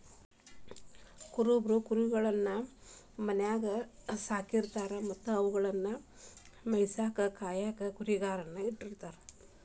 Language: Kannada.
ಕುರುಬರು ಕುರಿಗಳನ್ನ ಮನ್ಯಾಗ್ ಸಾಕಿರತಾರ ಮತ್ತ ಅವುಗಳನ್ನ ಮೇಯಿಸಾಕ ಕಾಯಕ ಕುರಿಗಾಹಿ ನ ಇಟ್ಟಿರ್ತಾರ